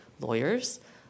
lawyers